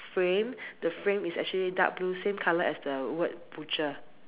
frame the frame is actually dark blue same color as the word butcher